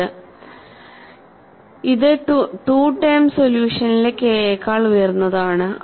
ഇത് 2 ടേം സൊല്യൂഷനിലെ കെ യേക്കാൾ ഉയർന്നത് ആണ്